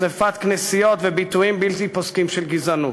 שרפת כנסיות וביטויים בלתי פוסקים של גזענות?